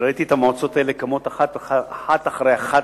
ראיתי את המועצות האלה קמות אחת אחרי אחת,